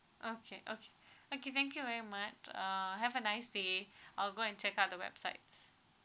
okay okay okay thank you very much uh have a nice day I'll go and check out the websites